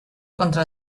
contra